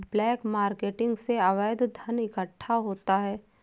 black marketing से अवैध धन इकट्ठा होता है